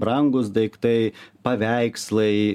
brangūs daiktai paveikslai